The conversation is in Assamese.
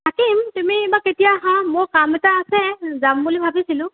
থাকিম তুমি বা কেতিয়া আহা মোৰ কাম এটা আছে যাম বুলি ভাবিছিলোঁ